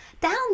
Down